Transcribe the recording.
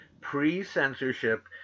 pre-censorship